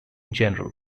general